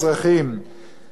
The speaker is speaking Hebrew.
היתה כאן פעם מדינה,